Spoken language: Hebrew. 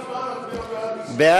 נחמיאס ורבין לפני סעיף 1 לא נתקבלה.